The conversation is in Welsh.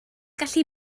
gallu